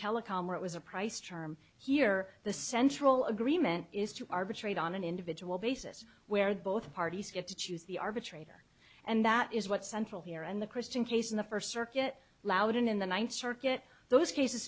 telecom where it was a price term here the central agreement is to arbitrate on an individual basis where both parties get to choose the arbitrator and that is what central here and the christian case in the first circuit louden in the ninth circuit those cases